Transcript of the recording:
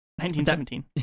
1917